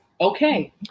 okay